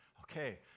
Okay